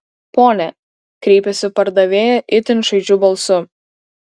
pone kreipėsi pardavėja itin šaižiu balsu